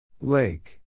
Lake